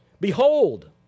Behold